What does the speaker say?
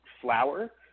flour